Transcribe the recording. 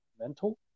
Mental